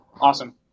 Awesome